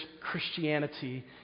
Christianity